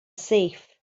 safe